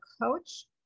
coach